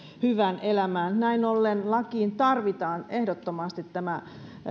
hyvään elämään näin ollen lakiin tarvitaan ehdottomasti tämä